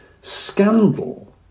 scandal